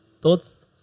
Thoughts